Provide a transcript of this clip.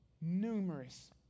numerous